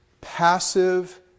passive